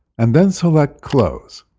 and then select close.